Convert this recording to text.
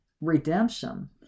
redemption